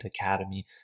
academy